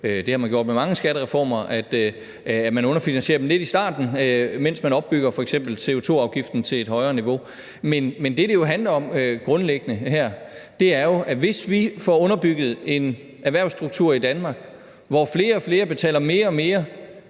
det har man gjort med mange skattereformer – underfinansiere den lidt i starten, mens man f.eks. opbygger CO2-afgiften til et højere niveau. Men det, det jo grundlæggende handler om her, er, at hvis vi får underbygget en erhvervsstruktur i Danmark, hvor flere og flere samlet set betaler mere og mere